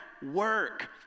Work